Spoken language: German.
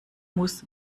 muss